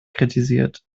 kritisiert